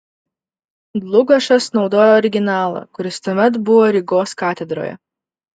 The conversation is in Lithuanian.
dlugošas naudojo originalą kuris tuomet buvo rygos katedroje